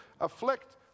afflict